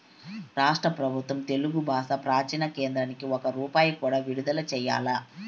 రాష్ట్ర పెబుత్వం తెలుగు బాషా ప్రాచీన కేంద్రానికి ఒక్క రూపాయి కూడా విడుదల చెయ్యలా